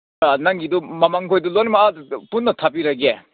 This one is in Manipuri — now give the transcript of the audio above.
ꯅꯪꯒꯤꯗꯨ ꯃꯃꯥꯡꯈꯣꯏꯗꯣ ꯂꯣꯏꯅꯃꯛ ꯄꯨꯟꯅ ꯊꯥꯕꯤꯔꯒꯦ